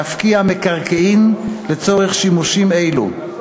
להפקיע מקרקעין לצורך שימושים אלו.